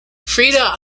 freda